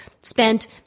spent